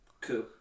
Cool